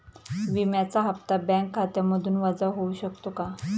विम्याचा हप्ता बँक खात्यामधून वजा होऊ शकतो का?